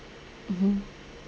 mmhmm